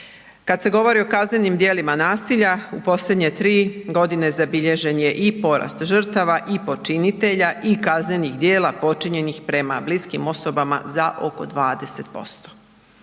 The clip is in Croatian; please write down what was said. Kad se govori o kaznenim djelima nasilja u posljednje 3 godine zabilježen je i porast žrtava i počinitelja i kaznenih djela počinjenih prema bliskim osobama za oko 20%.